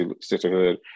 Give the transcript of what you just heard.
sisterhood